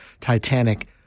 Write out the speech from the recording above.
Titanic